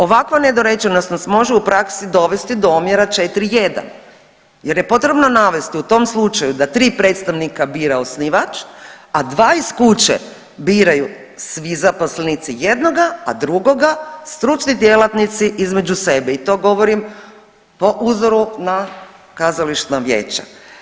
Ovako nedorečenost nas može u praksi dovesti do omjera 4:1 jer je potrebno navesti u tom slučaju da 3 predstavnika bira osnivač, a 2 iz kuće biraju svi zaposlenici jednoga, a drugoga stručni djelatnici između sebe i to govorim po uzoru na kazališna vijeća.